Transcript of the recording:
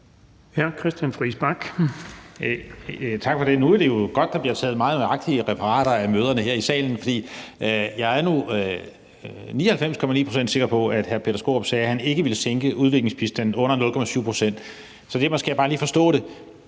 Tak for det. Nu er det jo godt, at der bliver taget meget nøjagtige referater af møderne her i salen, for jeg er 99,9 procent sikker på, at hr. Peter Skaarup sagde, at han ikke ville sænke udviklingsbistanden under 0,7 pct. Så derfor skal jeg bare lige forstå det.